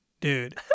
Dude